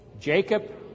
Jacob